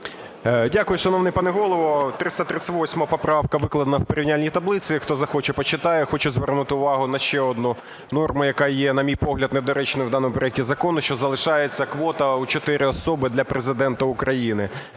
Дякую, шановний пане Голово. 338 поправка викладена в порівняльній таблиці, хто захоче – почитає. Хочу звернути увагу на ще одну норму, яка є, на мій погляд, недоречною в даному проекті закону, що залишається квота в 4 особи для Президента України.